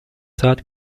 saat